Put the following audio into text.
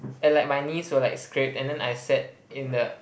and like my knees were like scrapped and then I sat in the